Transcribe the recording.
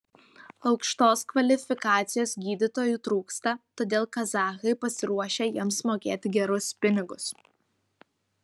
aukštos kvalifikacijos gydytojų trūksta todėl kazachai pasiruošę jiems mokėti gerus pinigus